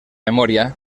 memòria